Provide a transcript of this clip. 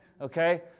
Okay